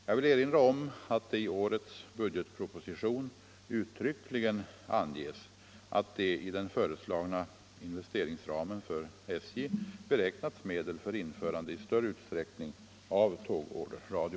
Jag vill erinra om att i årets budgetproposition uttryckligen anges att det i den föreslagna investeringsramen för SJ beräknats medel för införande i större utsträckning av tågorderradio.